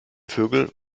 vögel